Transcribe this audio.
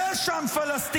יש עם פלסטיני.